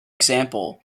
example